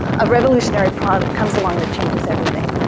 a revolutionary product comes along that changes everything.